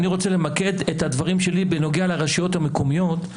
אני רוצה למקד את הדברים שלי בנוגע לרשויות המקומיות.